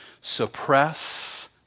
suppress